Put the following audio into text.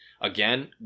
Again